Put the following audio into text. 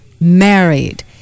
married